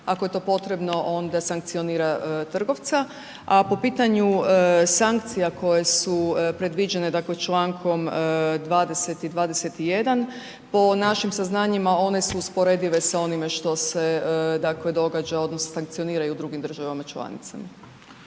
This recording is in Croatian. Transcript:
ako je to potrebno onda sankcionira trgovca. A po pitanju sankcija koje su predviđene dakle člankom 20. i 21. po našim saznanjima one su usporedive sa onime što se dakle događa odnosno sankcionira i u drugim državama članicama.